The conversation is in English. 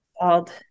called